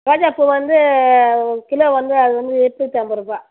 ரோஜாப்பூ வந்து ஒரு கிலோ வந்து அது வந்து எண்நூத்தம்பது ரூபா